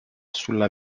sulla